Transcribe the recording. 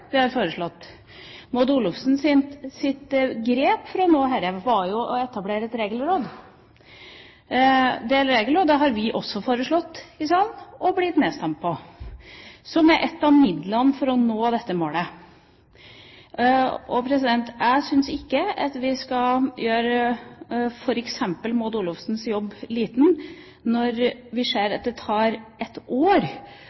har foreslått. Maud Olofssons grep for å nå dette var jo å etablere et regelråd. Det regelrådet, som er et av midlene for å nå dette målet, har vi også foreslått i salen og blitt nedstemt på. Jeg syns ikke vi skal gjøre f.eks. Maud Olofssons jobb til en liten jobb, når vi ser